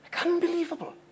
Unbelievable